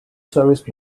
service